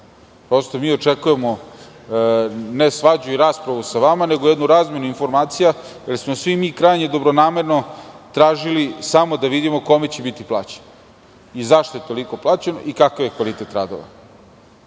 Prosto mi očekujemo, ne svađu i raspravu sa vama, nego jednu razmenu informacija, jer smo svi mi krajnje dobronamerno tražili samo da vidimo kome će biti plaćeno i zašto je toliko plaćeno i kakav je kvalitet radova. Kada